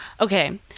Okay